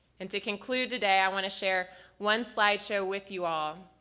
and to conclude the day i want to share one slideshow with you all